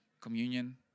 communion